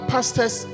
Pastors